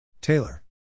Taylor